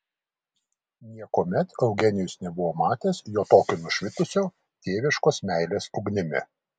niekuomet eugenijus nebuvo matęs jo tokio nušvitusio tėviškos meilės ugnimi